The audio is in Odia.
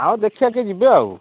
ଆଉ ଦେଖିବା କିଏ ଯିବେ ଆଉ